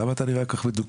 למה אתה נראה כל כך מדוכא?",